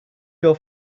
your